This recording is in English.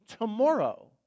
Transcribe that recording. tomorrow